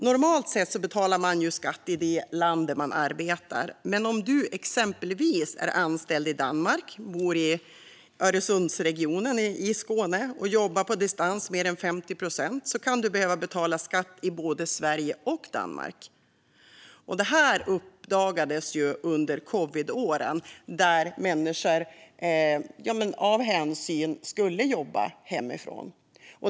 Normalt sett betalar man ju skatt i det land där man arbetar, men om du exempelvis är anställd i Danmark, bor i Öresundsregionen i Skåne och jobbar på distans mer än 50 procent av tiden kan du behöva betala skatt i både Sverige och Danmark. Detta uppdagades under covidåren, då människor av hänsyn skulle jobba hemifrån.